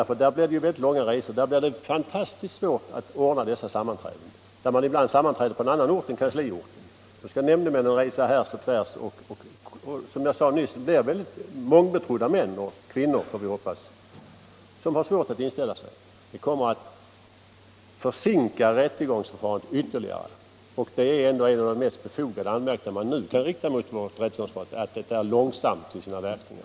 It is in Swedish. I Norrland har man mycket långa resor och svårt att ordna sammanträden, och där sammanträder man icke sällan på annan ort än kansliorten. Nämndemännen måste resa härs och tvärs. De som väljs till nämndemän är betrodda män och hoppas vi, kvinnor, och de kommer att ha svårt att inställa sig. Det kommer att försinka rättegångsförfarandet ytterligare, och redan nu är det den mest befogade anmärkning man kan rikta mot vårt rättegångsförfarande att det är så långsamt i sina verkningar.